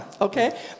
okay